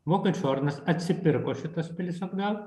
vokiečių ordinas atsipirko šitas pilis atgal